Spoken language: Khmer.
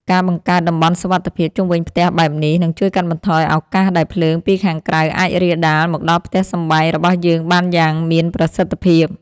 ការបង្កើត តំបន់សុវត្ថិភាព ជុំវិញផ្ទះបែបនេះ នឹងជួយកាត់បន្ថយឱកាសដែលភ្លើងពីខាងក្រៅអាចរាលដាលមកដល់ផ្ទះសម្បែងរបស់យើងបានយ៉ាងមានប្រសិទ្ធភាព។